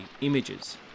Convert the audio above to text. images